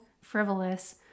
frivolous